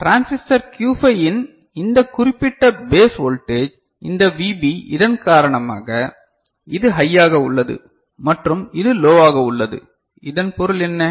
transistor Q5 இன் இந்த குறிப்பிட்ட பேஸ் வோல்டேஜ் இந்த Vb இதன் காரணமாக இது ஹையாக உள்ளது மற்றும் இது லோவாக உள்ளது இதன் பொருள் என்ன